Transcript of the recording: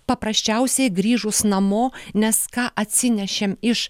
paprasčiausiai grįžus namo nes ką atsinešėm iš